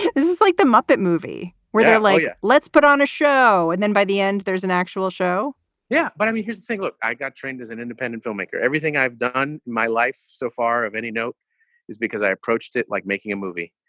this is like the muppet movie where they're like, yeah let's put on a show. and then by the end, there's an actual show yeah, but i mean, here's the thing. look, i got trained as an independent filmmaker. everything i've done my life so far of any note is because i approached it like making a movie.